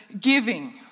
giving